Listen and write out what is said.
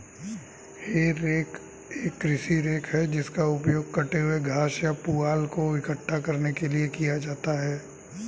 हे rake एक कृषि rake है जिसका उपयोग कटे हुए घास या पुआल को इकट्ठा करने के लिए किया जाता है